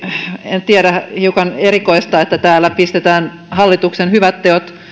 en tiedä hiukan erikoista että täällä pistetään hallituksen hyvät teot